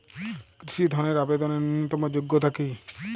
কৃষি ধনের আবেদনের ন্যূনতম যোগ্যতা কী?